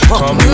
come